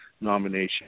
nomination